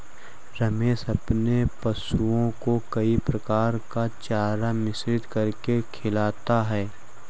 रमेश अपने पशुओं को कई प्रकार का चारा मिश्रित करके खिलाता है